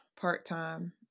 part-time